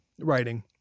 Writing